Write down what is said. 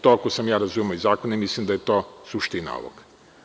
Tako sam ja razumeo iz zakona i mislim da je to suština ovoga.